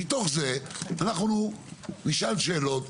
מתוך זה אנחנו נשאל שאלות,